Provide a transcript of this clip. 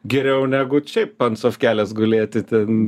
geriau negu šiaip ant sofkelės gulėti ten